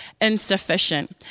insufficient